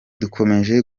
dukomeje